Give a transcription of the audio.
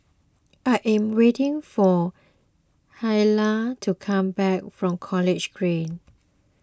I am waiting for Hilah to come back from College Green